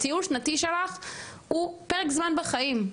הטיול השנתי שלך הוא פרק זמן בחיים,